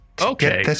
Okay